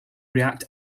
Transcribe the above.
react